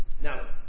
Now